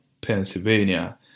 Pennsylvania